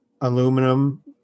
aluminum